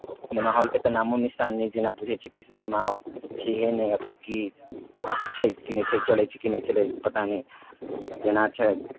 cinema हॉलके तऽ नामो निशान नहि जेना बुझै छियै कि सिनेमा हॉल छैहे नहि कि की छै कि नहि छै चलै छै कि नहि चलै छै पता नहि एना छै